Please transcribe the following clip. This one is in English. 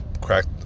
cracked